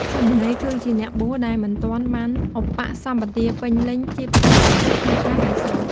សាមណេរ គឺជាអ្នកបួសដែលមិនទាន់បានឧបសម្បទាពេញលេញជាភិក្ខុ ឬហៅថា ព្រះសង្ឃ។